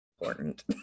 important